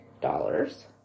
dollars